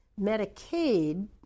Medicaid